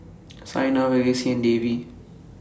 Saina Verghese and Devi